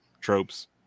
tropes